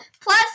Plus